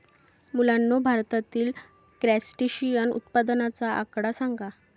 मुलांनो, भारतातील क्रस्टेशियन उत्पादनाचा आकडा सांगा?